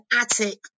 attic